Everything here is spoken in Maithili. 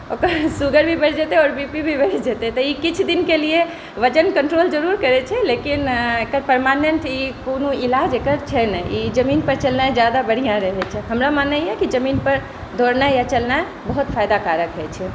ओकर शुगर भी बढ़ि जेतै आओर बी पी भी बढ़ि जेतै तऽ ई किछु दिनके लिए वजन कन्ट्रोल जरुर करै छै लेकिन एकर परमानेन्ट ई कोनो इलाज एकर छै नहि ई जमीन पर चलनाइ ज्यादा बढ़िआ रहै छै हमरा माननाइ यऽ कि जमीन पर दौड़नाइ या चलनाइ बहुत जादा फायदाकारक होइ छै